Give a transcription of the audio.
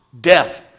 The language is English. death